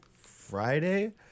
Friday